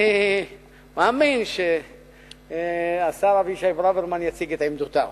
אני מאמין שהשר אבישי ברוורמן יציג את עמדותיו.